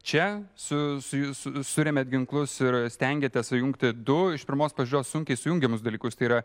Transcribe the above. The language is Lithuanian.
čia su su su suremiat ginklus ir stengiatės sujungti du iš pirmos pažiūros sunkiai sujungiamus dalykus tai yra